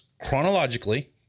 chronologically